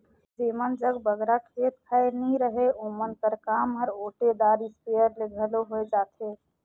जेमन जग बगरा खेत खाएर नी रहें ओमन कर काम हर ओटेदार इस्पेयर ले घलो होए जाथे